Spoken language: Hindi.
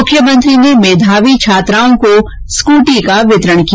मुख्यमंत्री ने मेधावी छात्रों को स्कूटी का वितरण किया